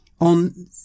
on